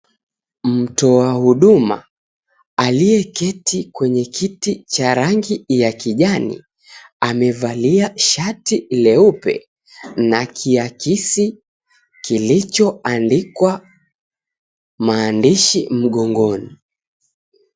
Mtoa huduma, aliyeketi kwa kiti cha rangi ya kijani, amevalia shati leupe na kiakisi kilichoandikwa maandishi mgongoni.